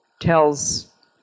tells